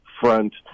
front